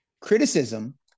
criticism